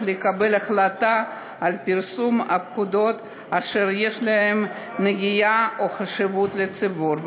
ולקבל החלטה על פרסום הפקודות אשר יש להן נגיעה או חשיבות לציבור,